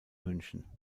münchen